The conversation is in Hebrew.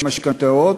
ומשכנתאות,